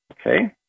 Okay